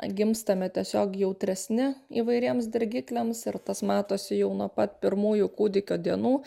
gimstame tiesiog jautresni įvairiems dirgikliams ir tas matosi jau nuo pat pirmųjų kūdikio dienų